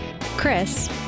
Chris